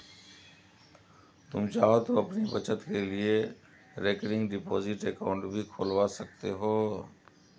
तुम चाहो तो अपनी बचत के लिए रिकरिंग डिपॉजिट अकाउंट भी खुलवा सकते हो